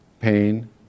pain